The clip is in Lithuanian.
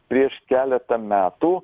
prieš keletą metų